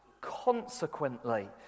consequently